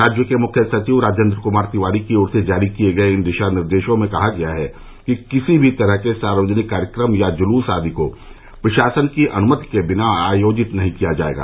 राज्य के मुख्य सचिव राजेन्द्र क्मार तिवारी की ओर से जारी किए गए इन दिशानिर्देशों में कहा गया है कि किसी भी तरह के सार्वजनिक कार्यक्रम या जुलूस आदि को प्रशासन की अनुमति के बिना आयोजित नहीं किया जाएगा